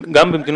לא.